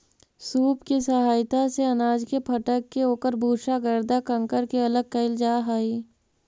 सूप के सहायता से अनाज के फटक के ओकर भूसा, गर्दा, कंकड़ के अलग कईल जा हई